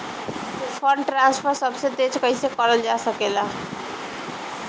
Fund transfer सबसे तेज कइसे करल जा सकेला?